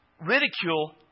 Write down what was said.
ridicule